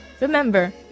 Remember